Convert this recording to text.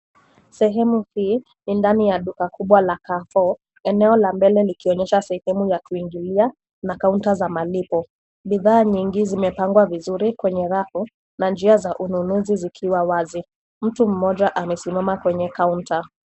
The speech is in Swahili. Sehemu hii ni ndani ya duka kubwa la Carrefour. Eneo la mbele likionyesha sehemu ya kuingilia na kaunta za malipo. Bidhaa nyingi zimepangwa vizuri kwenye rafu na njia za ununuzi zikiwa wazi. Mtu mmoja amesimama kwenye kaunta.